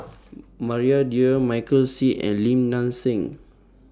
Maria Dyer Michael Seet and Lim Nang Seng